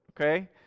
okay